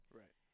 right